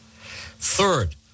Third